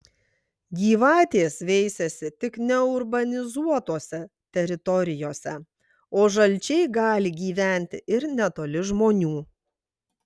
gyvatės veisiasi tik neurbanizuotose teritorijose o žalčiai gali gyventi ir netoli žmonių